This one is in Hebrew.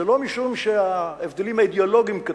איננה שההבדלים האידיאולוגיים קטנו,